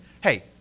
hey